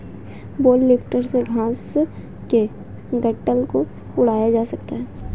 bell lifter से घास के गट्ठल को उठाया जा सकता है